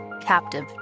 captive